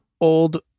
old